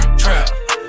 trap